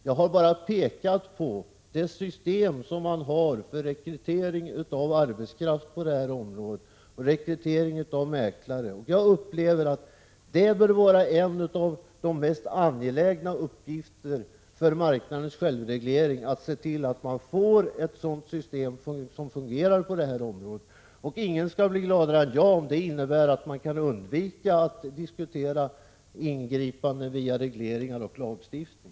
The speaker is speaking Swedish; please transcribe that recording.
Jag har bara pekat på det system man har för rekrytering av arbetskraft och mäklare. Jag anser att det bör vara en av de mest angelägna uppgifterna för marknadens självreglering att se till att det införs ett system som fungerar på detta område. Ingen skulle bli gladare än jag om det innebar att man kunde undvika att diskutera ingripanden via regleringar och lagstiftning.